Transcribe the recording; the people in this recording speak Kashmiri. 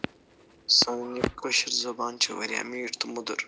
سٲنۍ یہِ کٲشٕر زبان چھِ وارِیاہ میٖٹھ تہٕ مُدٕر